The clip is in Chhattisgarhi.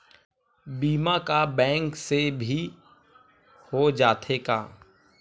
बीमा का बैंक से भी हो जाथे का?